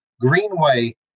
Greenway